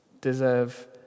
deserve